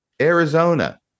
Arizona